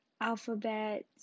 alphabet